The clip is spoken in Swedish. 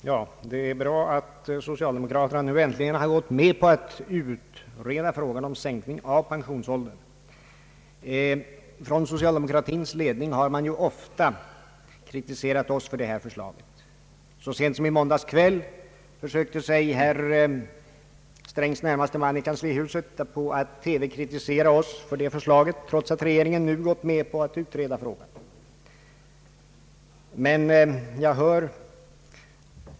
Herr talman! Det är bra att socialdemokraterna nu äntligen gått med på att utreda frågan om sänkning av pensionsåldern. Socialdemokratins ledning har ofta kritiserat oss för detta förslag. Så sent som i måndags kväll försökte sig herr Strängs närmaste man i kanslihuset på att i TV kritisera oss för det förslaget, trots att regeringen nu gått med på att utreda frågan.